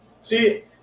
see